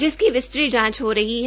जिसकी विस्तृत जांच हो रही है